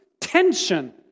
tension